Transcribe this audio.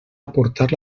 aportar